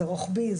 זה רוחבי,